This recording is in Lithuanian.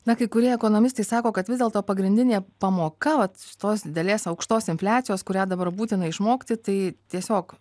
na kai kurie ekonomistai sako kad vis dėlto pagrindinė pamoka vat tos didelės aukštos infliacijos kurią dabar būtina išmokti tai tiesiog